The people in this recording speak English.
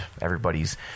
everybody's